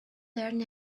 learn